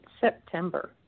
September